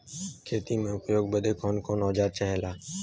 खेती में उपयोग बदे कौन कौन औजार चाहेला?